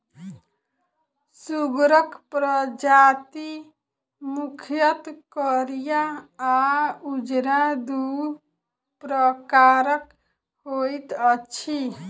सुगरक प्रजाति मुख्यतः करिया आ उजरा, दू प्रकारक होइत अछि